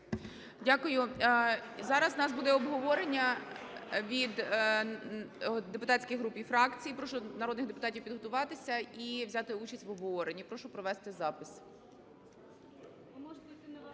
Дякую. Зараз в нас буде обговорення від депутатських груп і фракцій. Прошу народних депутатів підготуватися і взяти участь в обговоренні. Прошу провести запис.